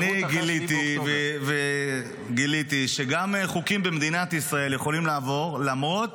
אני גיליתי שגם חוקים במדינת ישראל יכולים לעבור למרות